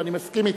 ואני מסכים אתך,